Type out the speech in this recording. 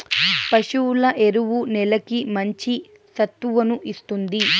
పశువుల ఎరువు నేలకి మంచి సత్తువను ఇస్తుంది